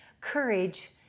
Courage